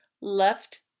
left